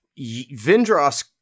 Vindros